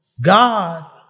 God